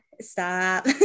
Stop